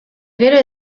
gero